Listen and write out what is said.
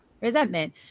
Resentment